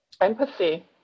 Empathy